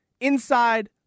inside